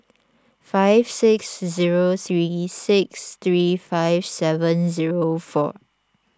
five six zero three six three five seven zero four